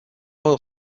oil